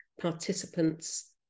participants